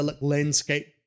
landscape